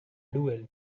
duel